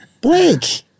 Blake